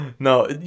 No